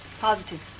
Positive